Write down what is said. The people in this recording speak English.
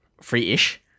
free-ish